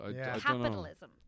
capitalism